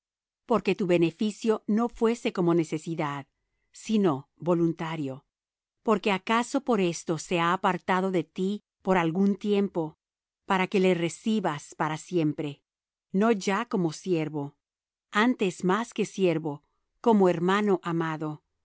porque tu beneficio no fuese como de necesidad sino voluntario porque acaso por esto se ha apartado de ti por algún tiempo para que le recibieses para siempre no ya como siervo antes más que siervo como hermano amado